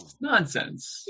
Nonsense